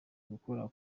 gukora